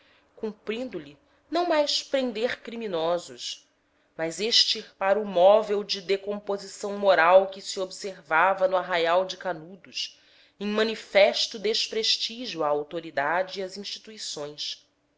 cumprindo lhe não mais prender criminosos mas extirpar o móvel de decomposição moral que se observava no arraial de canudos em manifesto desprestígio à autoridade e às instituições